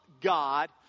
God